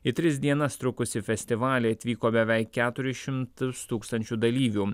į tris dienas trukusį festivalį atvyko beveik keturis šimtus tūkstančių dalyvių